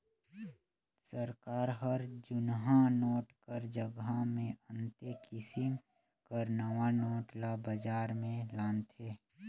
सरकार हर जुनहा नोट कर जगहा मे अन्ते किसिम कर नावा नोट ल बजार में लानथे